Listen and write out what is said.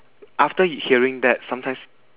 after you hearing that sometimes